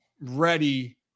ready